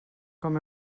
com